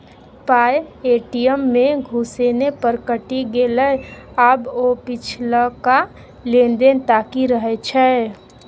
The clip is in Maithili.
पाय ए.टी.एम मे घुसेने पर कटि गेलै आब ओ पिछलका लेन देन ताकि रहल छै